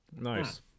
nice